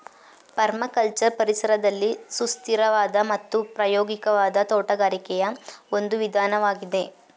permaculture ಪರಿಸರದಲ್ಲಿ ಸುಸ್ಥಿರವಾದ ಮತ್ತು ಪ್ರಾಯೋಗಿಕವಾದ ತೋಟಗಾರಿಕೆಯ ಒಂದು ವಿಧಾನವಾಗಿದೆ